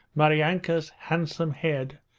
maryanka's handsome head,